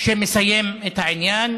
שמסיים את העניין,